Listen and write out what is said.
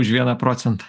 už vieną procentą